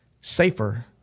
safer